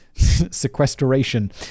sequestration